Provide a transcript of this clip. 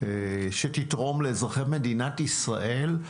שתתרום לאזרחי מדינת ישראל,